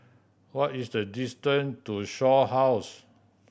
what is the distance to Shaw House